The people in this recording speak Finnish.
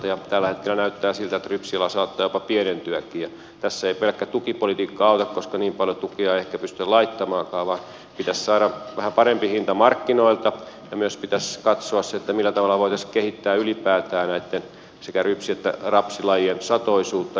tällä hetkellä näyttää siltä että rypsisato saattaa jopa pienentyäkin ja tässä ei pelkkä tukipolitiikka auta koska niin paljon tukea ehkä ei pystytä laittamaankaan vaan pitäisi saada vähän parempi hinta markkinoilta ja myös pitäisi katsoa se millä tavalla voitaisiin kehittää ylipäätään näitten sekä rypsi että rapsilajien satoisuutta